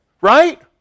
right